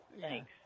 Thanks